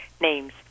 Names